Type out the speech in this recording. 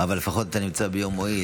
אבל לפחות אתה נמצא ביום מועיל,